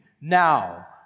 now